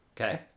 okay